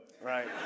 Right